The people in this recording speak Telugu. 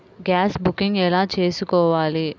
గ్యాస్ బుకింగ్ ఎలా చేసుకోవాలి?